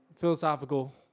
philosophical